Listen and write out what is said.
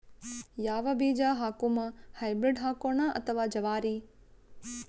ಯಾವ ಬೀಜ ಹಾಕುಮ, ಹೈಬ್ರಿಡ್ ಹಾಕೋಣ ಅಥವಾ ಜವಾರಿ?